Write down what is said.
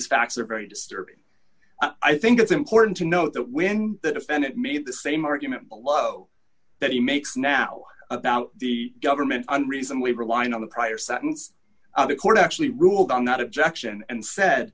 facts are very disturbing i think it's important to note that when the defendant made the same argument below that he makes now about the government unreasonably relying on the prior sentence the court actually ruled on that objection and